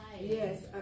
yes